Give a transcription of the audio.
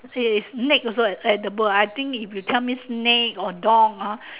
say is snake also ed~ edible I think if you tell me snake or dog ah